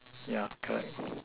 yeah correct